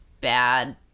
bad